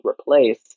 replace